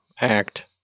act